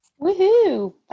Woohoo